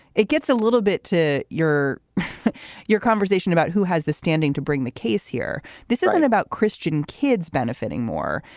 it gets a little bit to your your conversation about who has the standing to bring the case here. this isn't about christian kids benefiting more.